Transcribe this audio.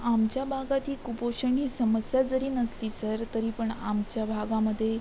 आमच्या भागात ही कुपोषण ही समस्या जरी नसली सर तरी पण आमच्या भागामध्ये